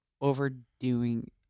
overdoing